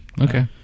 Okay